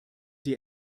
die